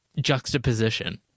juxtaposition